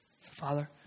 Father